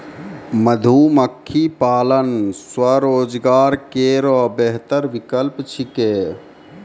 मधुमक्खी पालन स्वरोजगार केरो बेहतर विकल्प छिकै